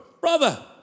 brother